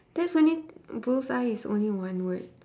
that's only bullseye is only one word